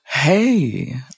Hey